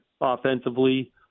offensively